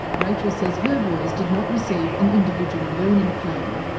rachel says her boys did not receive an individual learning plan.